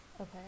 okay